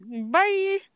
Bye